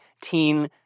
teen